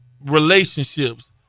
relationships